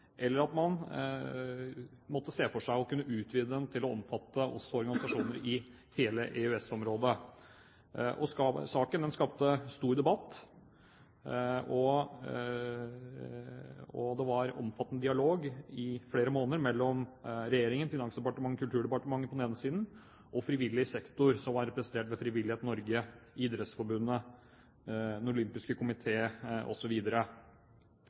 eller at man måtte se for seg å kunne utvide ordningen til også å omfatte organisasjoner i hele EØS-området. Saken skapte stor debatt, og det var en omfattende dialog i flere måneder mellom regjeringen, Finansdepartementet og Kulturdepartementet på den ene siden og frivillig sektor, som var representert ved Frivillighet Norge, Norges idrettsforbund og olympiske